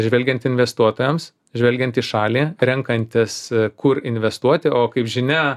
žvelgiant investuotojams žvelgiant į šalį renkantis kur investuoti o kaip žinia